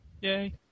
yay